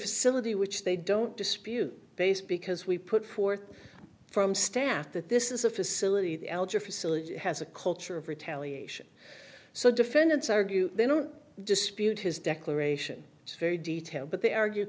facility which they don't dispute base because we put forth from staff that this is a facility that alger facility has a culture of retaliation so defendants argue they don't dispute his declaration very detail but they argue